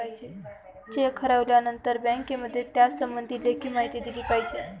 check हरवल्यानंतर बँकेमध्ये त्यासंबंधी लेखी माहिती दिली पाहिजे